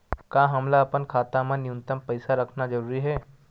का हमला अपन खाता मा न्यूनतम पईसा रखना जरूरी हे?